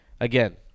Again